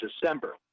December